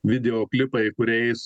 videoklipai kuriais